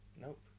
Nope